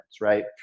right